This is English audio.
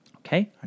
Okay